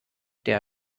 der